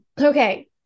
Okay